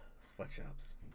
Sweatshops